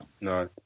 no